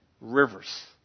rivers